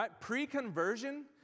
Pre-conversion